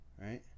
right